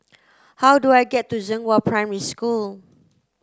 how do I get to Zhenghua Primary School